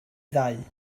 ddau